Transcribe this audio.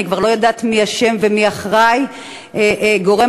אני כבר לא יודעת מי אשם ומי אחראי גורם